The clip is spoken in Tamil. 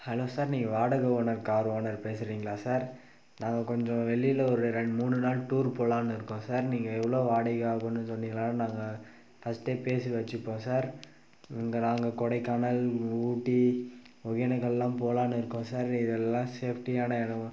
ஹலோ சார் நீங்கள் வாடகை ஓனர் கார் ஓனர் பேசுறீங்களா சார் நாங்கள் கொஞ்சம் வெளியில் ஒரு ரெண்டு மூணு நாள் டூரு போகலான் இருக்கோம் சார் நீங்கள் எவ்வளோ வாடகை ஆகுன்னு சொன்னீங்களா நாங்கள் ஃபர்ஸ்டே பேசி வெச்சுப்போம் சார் இங்கே நாங்கள் கொடைக்கானல் ஊ ஊட்டி ஒகேனக்கல்லாம் போகலானு இருக்கோம் சார் இதெல்லாம் சேஃப்டியான இடமா